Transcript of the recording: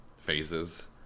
phases